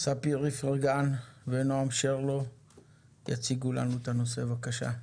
ספיר איפרגן ונועם שרלו יציגו לנו את הנושא בבקשה.